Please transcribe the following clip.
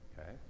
okay